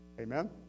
Amen